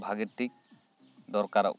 ᱵᱷᱟᱜᱮ ᱴᱷᱤᱠ ᱫᱚᱨᱠᱟᱨᱚᱜ ᱠᱟᱱᱟ